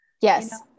Yes